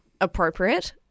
appropriate